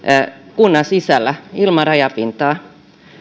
kunnan sisällä ilman rajapintaa